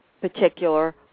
particular